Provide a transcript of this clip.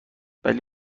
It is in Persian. ولی